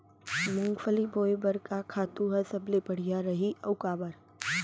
मूंगफली बोए बर का खातू ह सबले बढ़िया रही, अऊ काबर?